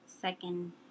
Second